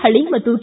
ಹಳ್ಳಿ ಮತ್ತು ಕೆ